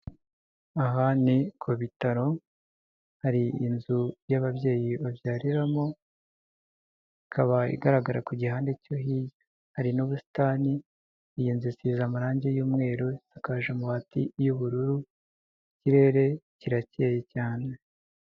Aha ni ku bitaro hari inzu y'ababyeyi babyariramo ikaba igaragara ku gihande cyo hirya, hari n'ubusitani iyi nzu isize amarange y'umweru, isakaje amabati y'ubururu, ikirere kirakeye cyane.